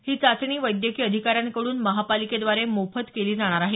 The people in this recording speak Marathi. ही चाचणी वैद्यकीय अधिकाऱ्यांकडून महापालिकेद्वारे मोफत केली जाणार आहे